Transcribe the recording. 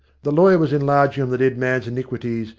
the lawyer was enlarging on the dead man's iniquities,